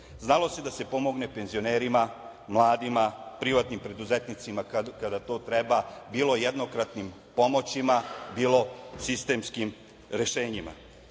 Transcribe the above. Znalo se da se pomogne penzionerima, mladima, privatnim preduzetnicima kada to treba, bilo jednokratnim pomoćima, bilo sistemskim rešenjima